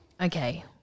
Okay